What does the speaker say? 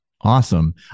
Awesome